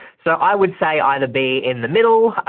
so i would say either be in the middle,